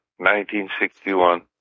1961